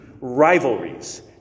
rivalries